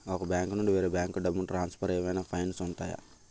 ఒక బ్యాంకు నుండి వేరే బ్యాంకుకు డబ్బును ట్రాన్సఫర్ ఏవైనా ఫైన్స్ ఉంటాయా?